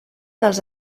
dels